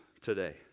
today